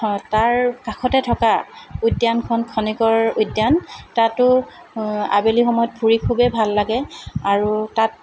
তাৰ কাষতে থকা উদ্যানখন খণিকৰ উদ্যান তাতো আবেলি সময়ত ফুৰি খুবেই ভাল লাগে আৰু তাত